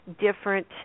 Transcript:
different